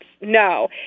No